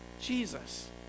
Jesus